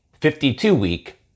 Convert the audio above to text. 52-week